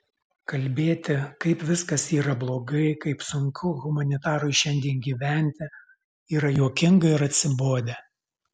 kalbėti kaip viskas yra blogai kaip sunku humanitarui šiandien gyventi yra juokinga ir atsibodę